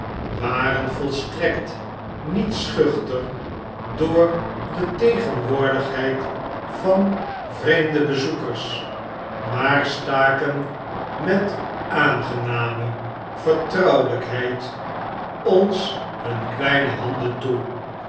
waren volstrekt niet schuchter door de tegenwoordigheid van vreemde bezoekers maar staken met aangename vertrouwelpheid ons hun kleine handen toe